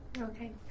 Okay